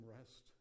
rest